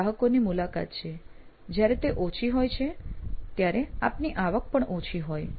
આ ગ્રાહકોની મુલાકાત છે જયારે તે ઓછી હોય છે ત્યારે આપની આવક પણ ઓછી હોય